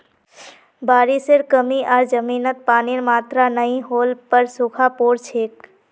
बारिशेर कमी आर जमीनत पानीर मात्रा नई होल पर सूखा पोर छेक